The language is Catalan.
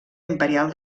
imperial